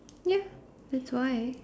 ya that's why